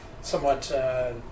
somewhat